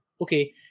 okay